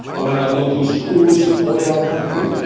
or in our local schools, or in our country.